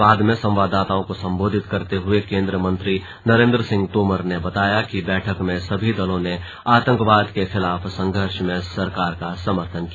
बाद में संवाददाताओं को सम्बोधित करते हुए केन्द्रीय मंत्री नरेन्द्र सिंह तोमर ने बताया कि बैठक में सभी दलों ने आतंकवाद के खिलाफ संघर्ष में सरकार का समर्थन किया